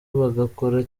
bagakora